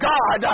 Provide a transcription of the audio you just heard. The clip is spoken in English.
God